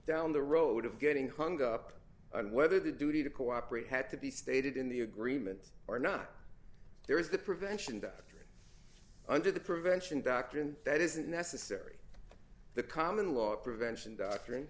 down the road of getting hung up on whether the duty to cooperate had to be stated in the agreement or not there is the prevention doctrine under the prevention doctrine that isn't necessary the common law prevention doctrin